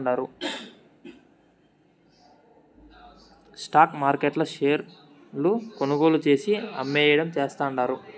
stock మార్కెట్ల షేర్లు కొనుగోలు చేసి, అమ్మేయడం చేస్తండారు